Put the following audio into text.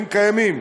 הם קיימים.